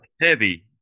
heavy